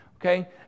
okay